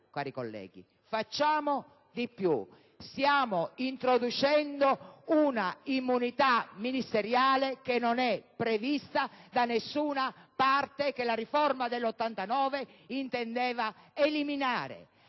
cari colleghi. Stiamo introducendo un'immunità ministeriale che non è prevista da nessuna parte e che la riforma del 1989 intendeva eliminare;